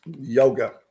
Yoga